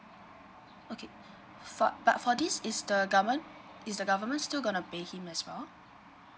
okay fa~ but for this is the government is the government still going to pay him as well